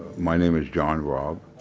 my name is john robb